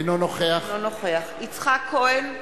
אינו נוכח יצחק כהן,